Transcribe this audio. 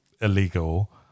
illegal